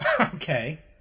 Okay